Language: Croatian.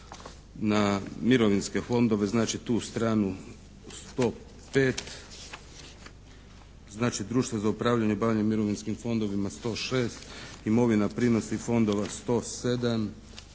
na mirovinske fondove. Znači tu stranu 105, znači društvo za upravljanje i bavljenje mirovinskim fondovima 106, imovina, prinosi fondova 107,